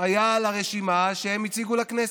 היה על הרשימה שהם הציגו לכנסת,